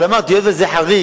אבל אמרתי, היות שזה חריג,